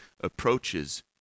approaches